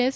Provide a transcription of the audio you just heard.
S